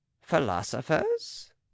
philosophers